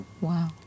Wow